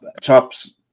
Chops